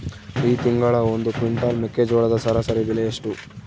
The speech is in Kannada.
ಈ ತಿಂಗಳ ಒಂದು ಕ್ವಿಂಟಾಲ್ ಮೆಕ್ಕೆಜೋಳದ ಸರಾಸರಿ ಬೆಲೆ ಎಷ್ಟು?